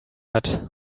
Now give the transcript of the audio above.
hat